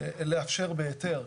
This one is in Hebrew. לאפשר בהיתר.